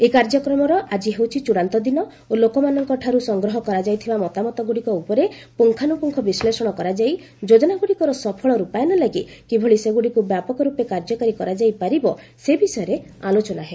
ଏହି କାର୍ଯ୍ୟକ୍ରମର ଆକି ହେଉଛି ଚୂଡ଼ାନ୍ତ ଦିନ ଓ ଲୋକମାନଙ୍କଠାରୁ ସଂଗ୍ରହ କରାଯାଇଥିବା ମତାମତଗୁଡ଼ିକ ଉପରେ ପୁଙ୍ଗାନୁପୁଙ୍ଗ ବିଶ୍ଳେଷଣ କରାଯାଇ ଯୋଜନାଗୁଡ଼ିକର ସଫଳ ରୂପାୟନ ଲାଗି କିଭଳି ସେଗୁଡ଼ିକୁ ବ୍ୟାପକ ରୂପେ କାର୍ଯ୍ୟକାରୀ କରାଯାଇ ପାରିବ ସେ ବିଷୟରେ ଆଲୋଚନା ହେବ